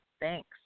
Thanks